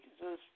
Jesus